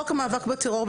חוק המאבק בטרור,